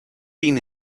been